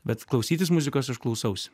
bet klausytis muzikos aš klausausi